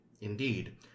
Indeed